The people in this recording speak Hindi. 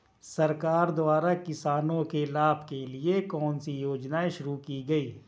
सरकार द्वारा किसानों के लाभ के लिए कौन सी योजनाएँ शुरू की गईं?